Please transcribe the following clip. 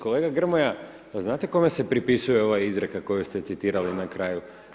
Kolega Grmoja, pa znate kome se pripisuje ova izreka koju ste citirali na kraju?